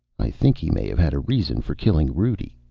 i think he may have had a reason for killing rudi.